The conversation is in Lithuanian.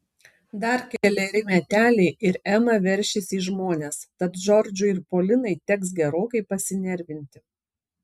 dar keleri meteliai ir ema veršis į žmones tad džordžui ir polinai teks gerokai pasinervinti